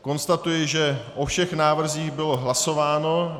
Konstatuji, že o všech návrzích bylo hlasováno.